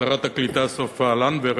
שרת הקליטה סופה לנדבר.